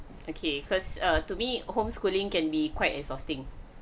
okay cause err to me homeschooling can be quite exhausting